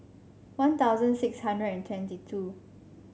One Thousand six hundred and twenty two